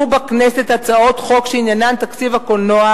בכנסת הצעות חוק שעניינן תקציב הקולנוע,